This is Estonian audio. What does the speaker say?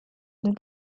end